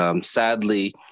Sadly